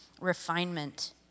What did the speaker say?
refinement